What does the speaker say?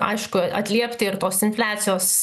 aišku atliepti ir tos infliacijos